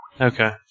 Okay